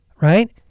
right